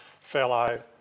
fellow